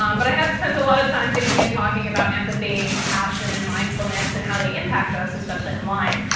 um but i have spent a lot of time thinking and talking about empathy and compassion and mindfulness and how they impact us, especially online.